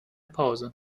pause